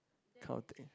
kind of thing